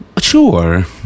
sure